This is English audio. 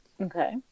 Okay